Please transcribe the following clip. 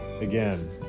Again